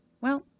Well-